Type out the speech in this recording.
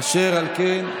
אשר על כן,